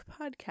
podcast